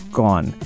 gone